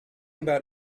about